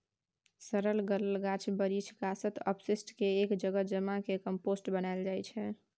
सरल गलल गाछ बिरीछ, कासत, अपशिष्ट केँ एक जगह जमा कए कंपोस्ट बनाएल जाइ छै